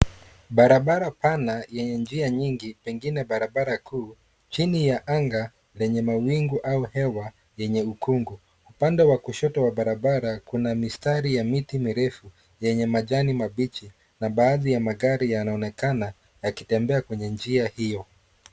Barabara pana yenye njia nyingi, pengine barabara kuu. Chini ya anga lenye mawingu au hewa ya ukungu. Upande wa kushoto wa barabara kuna mistari ya miti mirefu, yenye majani mabichi, na baadhi ya magari yanaonekana yakitembea kwenye njia hiyo.